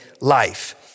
life